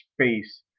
space